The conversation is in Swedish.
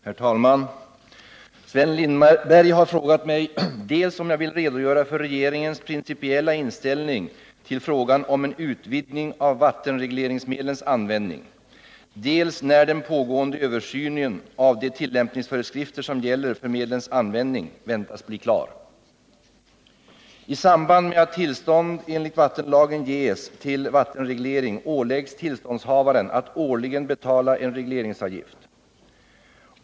Herr talman! Sven Lindberg har frågat mig dels om jag vill redogöra för regeringens principiella inställning till frågan om en utvidgning av vattenregleringsmedlens användning, dels när den pågående översynen av de tillämpningsföreskrifter som gäller för medlens användning väntas bli klar. I samband med att tillstånd enligt vattenlagen ges till vattenreglering åläggs tillståndshavaren att årligen betala en regleringsavgift.